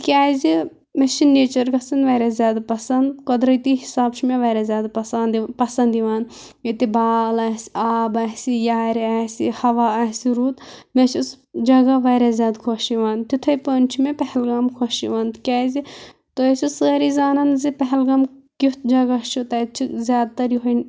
تِکیٛازِ مےٚ چھِ نیچر گَژھان واریاہ زیادٕ پسنٛد قۄدرٔتی حِساب چھُ مےٚ واریاہ زیادٕ پسنٛد یہِ پسنٛد یِوان ییٚتہِ بال آسہِ آب آسہِ یارِ آسہِ ہَوا آسہِ رُت مےٚ چھِ سُہ جگہ واریاہ زیادٕ خۄش یِوان تِتھَے پٲنۍ چھِ مےٚ پہلگام خۄش یِوان تِکیٛازِ تُہۍ ٲسِو سٲری زانَن زِ پہلگام کیُتھ جگہ چھُ تَتہِ چھِ زیادٕ تر یِہوٚے